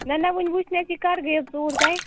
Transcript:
نہٕ نہٕ وٕنہِ وٕچھ نہٕ اسہِ یہِ کر گٔے حظ ژوٗر تۄہہِ